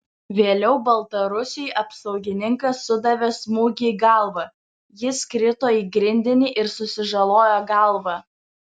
vėliau baltarusiui apsaugininkas sudavė smūgį į galvą jis krito į grindinį ir susižalojo galvą